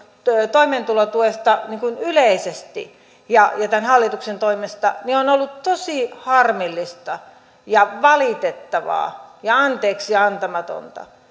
toimeentulotuesta yleisesti ja tämän hallituksen toimista että on ollut tosi harmillista ja valitettavaa ja anteeksiantamatonta